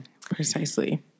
Precisely